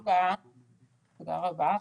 תודה רבה.